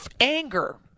anger